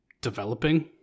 developing